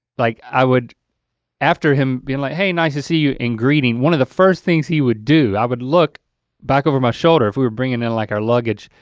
like i would after him be like, hey nice to see you, in greeting. one of the first things he would do, i would look back over my shoulder, if we were bringing in like our luggage,